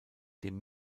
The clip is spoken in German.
dem